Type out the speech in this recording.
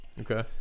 okay